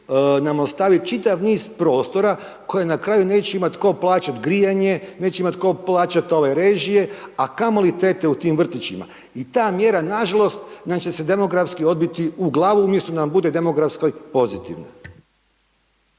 nam ostavit čitav niz prostora koje na kraju neće imat tko plaćat grijanje, neće imat tko plaćat režije, a kamoli tete u tim vrtićima i ta mjera nažalost nam će se demografski odbiti u glavu umjesto da nam bude demografskoj pozitivna.